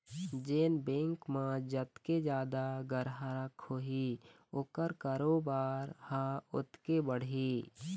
जेन बेंक म जतके जादा गराहक होही ओखर कारोबार ह ओतके बढ़ही